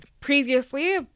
previously